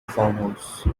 farmhouse